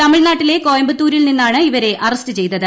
തമിഴ്നാട്ടിലെ കോയമ്പത്തൂരിൽ നിന്നാണ് ഇവരെ അറസ്റ്റ് ചെയ്തത്